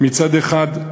מצד אחד,